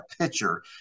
picture